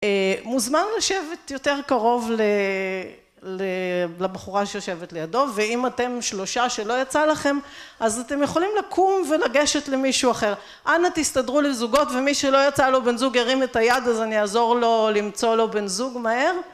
מוזמן לשבת יותר קרוב לבחורה שיושבת לידו ואם אתם שלושה שלא יצא לכם אז אתם יכולים לקום ולגשת למישהו אחר אנה תסתדרו לזוגות ומי שלא יצא לו בן זוג ירים את היד אז אני אעזור לו למצוא לו בן זוג מהר